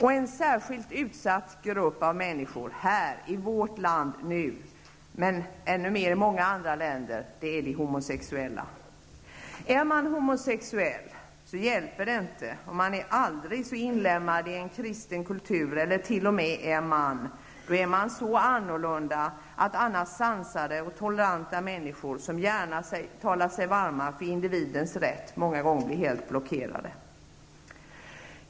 En särskilt utsatt grupp av människor, här, i vårt land, nu, men ännu mer i många andra länder, är de homosexuella. Är man homosexuell, hjälper det inte att vara aldrig så inlemmad i en kristen kultur eller ens att vara man. Då är man så annorlunda att annars sansade och toleranta människor, som gärna talar sig varma för individens rätt, blir helt blockerade.